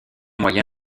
moyen